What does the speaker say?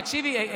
תקשיבי,